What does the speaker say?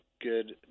good